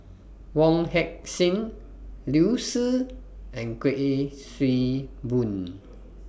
Wong Heck Sing Liu Si and Kuik Swee Boon